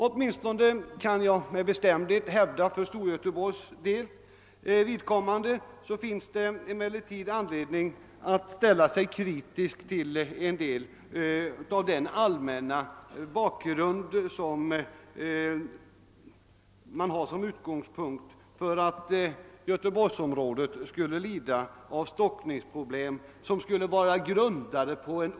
Åtminstone för Storgöteborgs vidkommande kan jag med bestämdhet hävda, att det finns anledning att ställa sig kritisk till en del av den allmänna bakgrund som man har som utgångspunkt då man bedömer att Göteborgsområdet skulle lida av stockningsproblem, grundade på en.